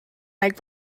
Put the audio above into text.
naik